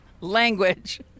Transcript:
Language